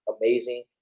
amazing